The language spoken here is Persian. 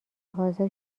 حاضر